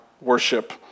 worship